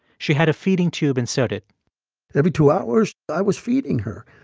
she had a feeding tube inserted every two hours, i was feeding her.